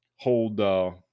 hold